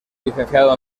licenciado